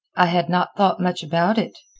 i had not thought much about it,